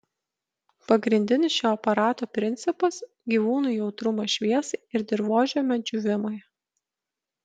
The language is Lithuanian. pagrindinis šio aparato principas gyvūnų jautrumas šviesai ir dirvožemio džiūvimui